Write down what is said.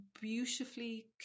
beautifully